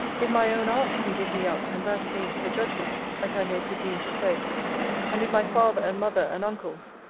if my own aunt can give me up, and that against her judgment, as i may presume to say and if my father and mother, and uncles,